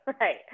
right